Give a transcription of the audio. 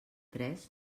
tres